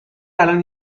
الان